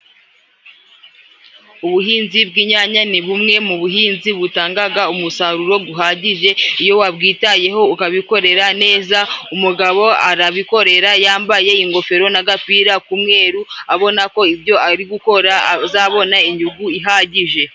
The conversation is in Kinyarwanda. Ubuhinzi bw'inyanya ni bumwe mu buhinzi butangaga umusaruro guhagije iyo wabwitayeho ukabikorera neza, umugabo arabikorera yambaye ingofero n'agapira k'umweru abona ko ibyo ari gukora azabona inyungu ihagije.